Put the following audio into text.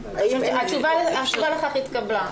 התשובה לכך התקבלה.